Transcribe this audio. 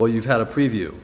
well you've had a preview